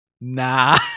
Nah